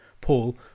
Paul